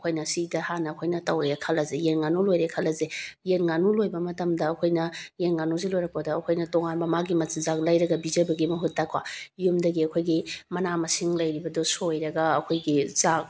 ꯑꯩꯈꯣꯏꯅ ꯁꯤꯗ ꯍꯥꯟꯅ ꯑꯩꯈꯣꯏꯅ ꯇꯧꯔꯅ ꯈꯜꯂꯁꯦ ꯌꯦꯟ ꯉꯥꯅꯨ ꯂꯣꯏꯔꯦ ꯈꯜꯂꯁꯦ ꯌꯦꯟ ꯉꯥꯅꯨ ꯂꯣꯏꯕ ꯃꯇꯝꯗ ꯑꯩꯈꯣꯏꯅ ꯌꯦꯟ ꯉꯥꯅꯨꯁꯦ ꯂꯣꯏꯔꯛꯄꯗ ꯑꯩꯈꯣꯏꯅ ꯇꯣꯉꯥꯟꯕ ꯃꯥꯒꯤ ꯃꯆꯤꯟꯖꯥꯛ ꯂꯩꯔꯒ ꯄꯤꯖꯕꯒꯤ ꯃꯍꯨꯠꯇꯀꯣ ꯌꯨꯝꯗꯒꯤ ꯑꯩꯈꯣꯏꯒꯤ ꯃꯅꯥ ꯃꯁꯤꯡ ꯂꯩꯔꯤꯕꯗꯣ ꯁꯣꯏꯔꯒ ꯑꯩꯈꯣꯏꯒꯤ ꯆꯥꯛ